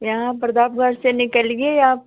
यहाँ प्रतापगढ़ से निकलिए आप